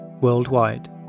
worldwide